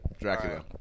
dracula